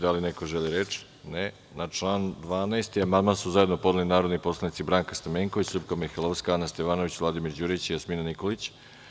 Da li neko želi reč? (Ne.) Na član 12. amandman su zajedno podneli narodni poslanici Branka Stamenković, LJupka Mihajlovska, Ana Stevanović, Vladimir Đurić i Jasmina Nikolić.